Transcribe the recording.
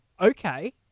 okay